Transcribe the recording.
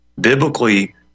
Biblically